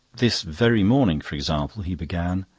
this very morning, for example. he began,